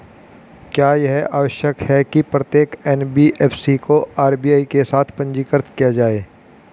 क्या यह आवश्यक है कि प्रत्येक एन.बी.एफ.सी को आर.बी.आई के साथ पंजीकृत किया जाए?